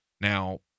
now